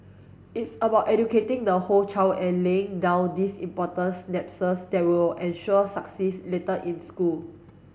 it's about educating the whole child and laying down these important synapses that will ensure success later in school